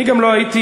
אני גם לא הייתי,